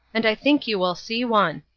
and think you will see one.